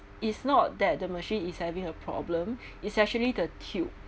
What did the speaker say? it's not that the machine is having a problem it's actually the tube